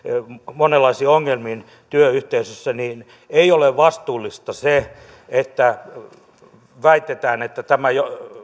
monenlaisiin ongelmiin työyhteisössä niin ei ole vastuullista se että väitetään että tämä